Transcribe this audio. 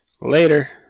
later